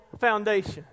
foundation